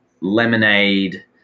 lemonade